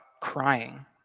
crying